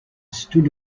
stood